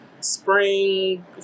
spring